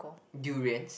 durians